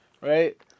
Right